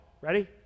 Ready